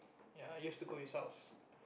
ya I used to go his house